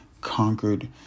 conquered